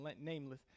nameless